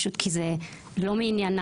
כי זה פשוט לא מעניינה.